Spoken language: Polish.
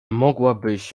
mogłabyś